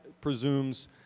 presumes